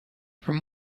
from